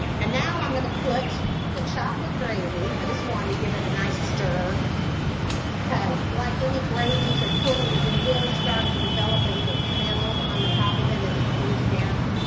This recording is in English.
and now i'm going to put the chocolate gravy. i just want to give it a nice stir because like any gravies or puddings, it will start to develop a little film on the top of it as it cools down.